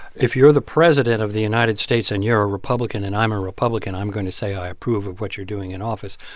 if you're the president of the united states, and you're a republican, and i'm a republican, i'm going to say i approve of what you're doing in office,